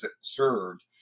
served